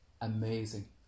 amazing